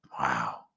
Wow